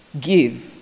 Give